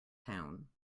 town